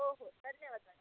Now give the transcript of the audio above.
हो हो धन्यवाद मॅडम